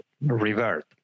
revert